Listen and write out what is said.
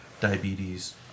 diabetes